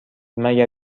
مگر